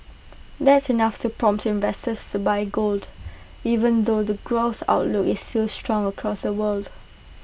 that's enough to prompt investors to buy gold even though the growth outlook is still strong across the world